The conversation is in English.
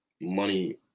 money